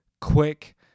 quick